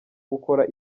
gukora